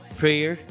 prayer